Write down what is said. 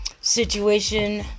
situation